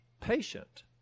patient